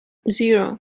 zero